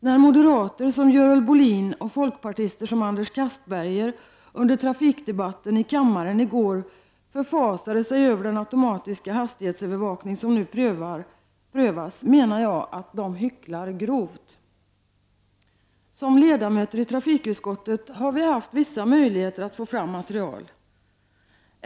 När moderater som Görel Bohlin och folkpartister som Anders Castberger under trafikdebatten i kammaren i går förfasade sig över den automatiska hastighetsövervakning som nu prövas, menar jag att de hycklar grovt. Som ledamöter i trafikutskottet har vi haft vissa möjligheter att få fram material.